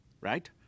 right